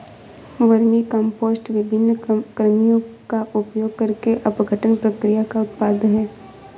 vermicompost विभिन्न कृमियों का उपयोग करके अपघटन प्रक्रिया का उत्पाद है